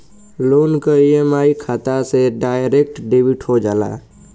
loan क EMI खाता से डायरेक्ट डेबिट हो जाला